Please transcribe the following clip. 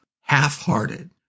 half-hearted